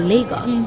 Lagos